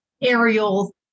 aerial